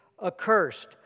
accursed